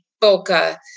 Boca